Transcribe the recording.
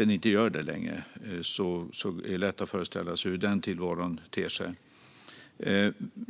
men inte kan göra det längre. Det är lätt att föreställa sig hur den tillvaron ter sig.